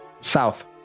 South